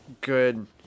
good